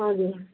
हजुर